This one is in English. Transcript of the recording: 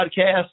podcast